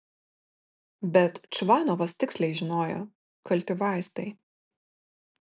bet čvanovas tiksliai žinojo kalti vaistai